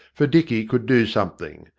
for dicky could do something,